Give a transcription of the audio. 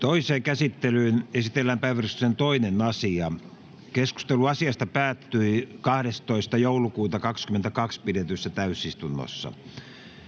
ainoaan käsittelyyn esitellään päiväjärjestyksen 2. asia. Keskustelu asiasta päättyi 12.12.2022 pidetyssä täysistunnossa.